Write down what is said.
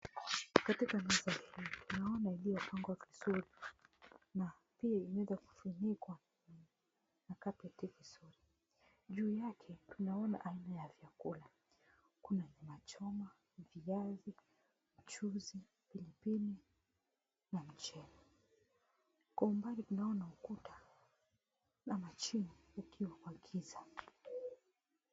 Katika mazingira tunaona iliyopangwa vizuri na pia inaweza kufunikwa na kapeti vizuri. Juu yake tunaona aina ya vyakula. Kuna nyama choma, viazi, mchuzi, pilipili na mchele. Kwa mbali tunaona ukuta na machini ukiwa kwa giza.